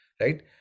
right